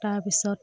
তাৰ পিছত